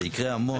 זה יקרה המון.